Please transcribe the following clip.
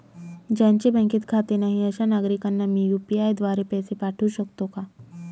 ज्यांचे बँकेत खाते नाही अशा नागरीकांना मी यू.पी.आय द्वारे पैसे पाठवू शकतो का?